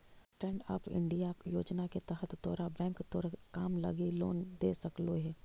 stand up India योजना के तहत तोरा बैंक तोर काम लागी लोन दे सकलो हे